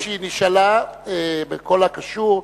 נדמה לי שהיא נשאלה בכל הקשור,